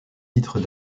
titres